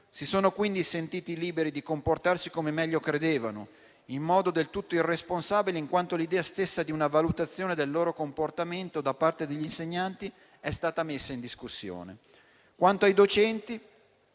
si sono quindi sentiti liberi di comportarsi come meglio credevano, in modo del tutto irresponsabile, in quanto l'idea stessa di una valutazione del loro comportamento da parte degli insegnanti è stata messa in discussione. Quanto ai docenti,